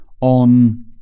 on